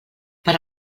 per